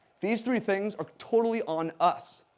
these three things are totally on us.